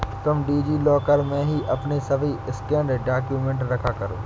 तुम DigiLocker में ही अपने सभी स्कैंड डाक्यूमेंट रखा करो